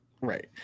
Right